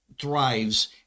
thrives